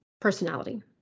personality